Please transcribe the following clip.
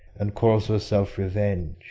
and calls herself revenge,